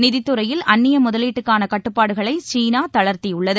நிதித்துறையில் அன்னிய முதலீட்டுக்கான கட்டுப்பாடுகளை சீனா தளத்தியுள்ளது